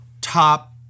top